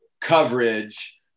coverage